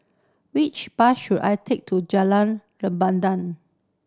which bus should I take to Jalan